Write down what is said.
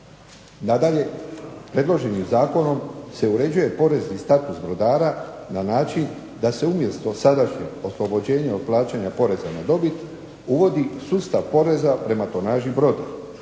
Nadalje, predloženim zakonom se uređuje porezni status brodara na način da se umjesto sadašnjeg oslobođenja od plaćanja poreza na dobit uvodi sustav poreza prema tonaži broda,